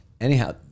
Anyhow